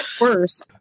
worse